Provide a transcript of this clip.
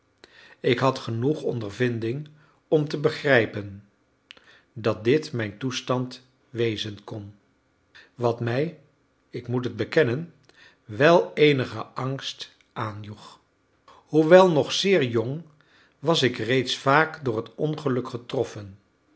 ik had genoeg ondervinding om te begrijpen dat dit mijn toestand wezen kon wat mij ik moet het bekennen wel eenigen angst aanjoeg hoewel nog zeer jong was ik reeds vaak door het ongeluk getroffen